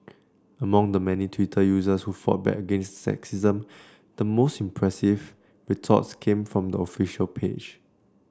among the many Twitter users who fought back against the sexism the most impressive retorts came from the official page